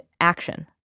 action